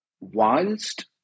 whilst